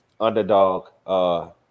Underdog